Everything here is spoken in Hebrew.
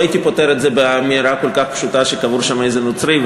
לא הייתי פוטר את זה באמירה כל כך פשוטה שקבור שם איזה נוצרי,